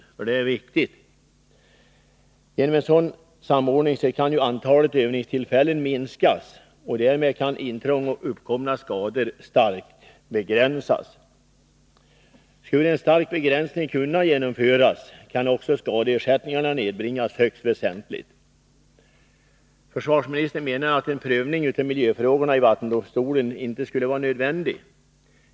Det är viktigt. Därigenom kan antalet övningstillfällen minskas och därmed kan intrång och uppkomna skador starkt begränsas. Skulle en stark begränsning kunna genomföras kan också skadeersättningarna nedbringas högst väsentligt. Försvarsministern menar att en prövning av miljöfrågorna i vattendomstolen ej skulle vara nödvändig.